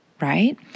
right